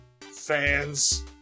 fans